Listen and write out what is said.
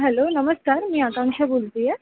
hello नमस्कार मी आकांक्षा बोलतेय